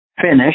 finish